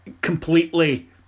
completely